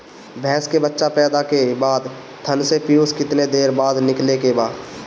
भैंस के बच्चा पैदा के बाद थन से पियूष कितना देर बाद निकले के बा?